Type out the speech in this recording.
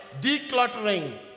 decluttering